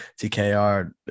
TKR